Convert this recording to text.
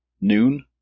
noon